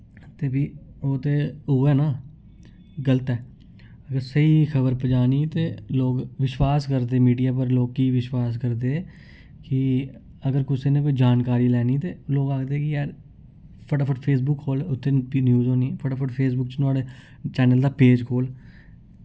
ते फ्ही ओह् ते ओ ऐ ना गलत ऐ अगर स्हेई खबर पजानी ते लोक विश्वास करदे मीडिया पर लोक की विश्वास करदे कि अगर कुसै नै कोई जानकारी लैनी ते लोक आखदे कि यार फटाफट फेसबुक खोह्ल उत्थै फ्ही न्यूज होनी फटाफट फेसबुक च नुआढ़े चैनल दा पेज खोह्ल